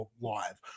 live